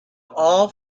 all